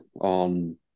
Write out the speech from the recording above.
on